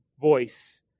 voice